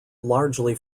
largely